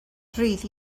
rhydd